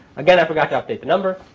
again, i forgot to update the number.